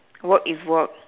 work is work